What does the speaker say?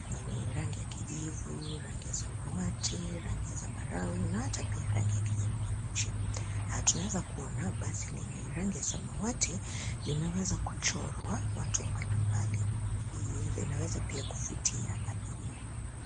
Yenye ni rangi ya kijivu, rangi ya samawati, rangi ya zambarau, na hata pia rangi ya kijani kibichi. Tunaweza kuona basi lenye rangi ya samawati, limeweza kuchorwa watu mbalimbali na hii inaweza pia kuvutia abiria.